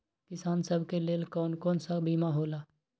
किसान सब के लेल कौन कौन सा बीमा होला?